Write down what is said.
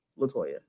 Latoya